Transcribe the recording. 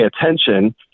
attention